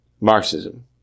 Marxism